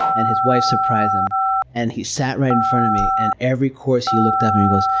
and his wife surprised him and he sat right in front of me. and every course he looked up and he goes,